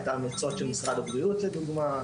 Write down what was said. את ההמלצות של משרד הבריאות לדוגמה.